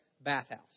bathhouse